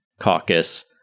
Caucus